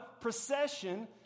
procession